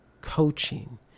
coaching